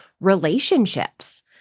relationships